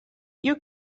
you